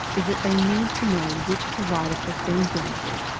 is that they need to know which provider to send mel to.